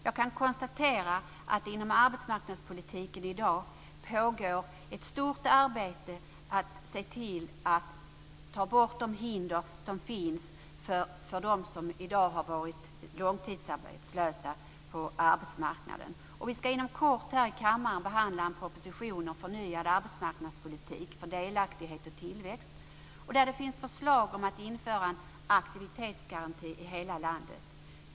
Jag kan konstatera att inom arbetsmarknadspolitiken i dag pågår ett stort arbete för att ta bort de hinder som finns för de långtidsarbetslösa på arbetsmarknaden. Inom kort ska vi här i kammaren behandla en proposition om förnyad arbetsmarknadspolitik för delaktighet och tillväxt. Där finns det förslag om att införa en aktivitetsgaranti i hela landet.